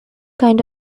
kind